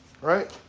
Right